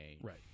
Right